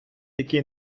який